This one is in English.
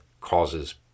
causes